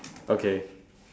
okay